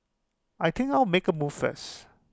I think I'll make A move first